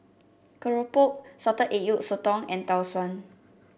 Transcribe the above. Keropok Salted Egg Yolk Sotong and Tau Suan